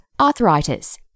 arthritis